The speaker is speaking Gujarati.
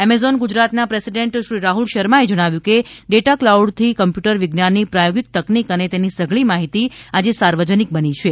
એમેઝોન ગુજરાતના પ્રેસિડેન્ટશ્રી રાહુલ શર્માએ જણાવ્યું કે ડેટા ક્લાઉડથી કમ્પ્યુટર વિજ્ઞાનની પ્રાયોગિક તકનીક અને તેની સઘળી માહિતી આજે સાર્વજનિક બની છે